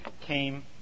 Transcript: came